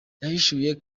yahishuye